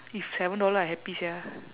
if seven dollar I happy sia